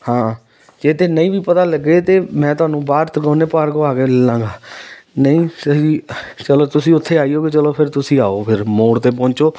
ਹਾਂ ਜੇ ਤਾਂ ਨਹੀਂ ਵੀ ਪਤਾ ਲੱਗੇ ਤਾਂ ਮੈਂ ਤੁਹਾਨੂੰ ਬਾਹਰ ਤ੍ਰਿਕੋਣੇ ਪਾਰਕ ਕੋਲ ਆ ਕੇ ਲੈ ਲਵਾਂਗਾ ਨਹੀਂ ਸਹੀ ਚਲੋ ਤੁਸੀਂ ਉੱਥੇ ਆਓਗੇ ਚਲੋ ਫਿਰ ਤੁਸੀਂ ਆਓ ਫਿਰ ਮੋੜ 'ਤੇ ਪਹੁੰਚੋ